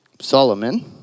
Solomon